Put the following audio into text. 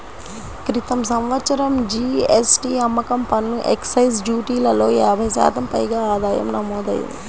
క్రితం సంవత్సరం జీ.ఎస్.టీ, అమ్మకం పన్ను, ఎక్సైజ్ డ్యూటీలలో యాభై శాతం పైగా ఆదాయం నమోదయ్యింది